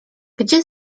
gdzie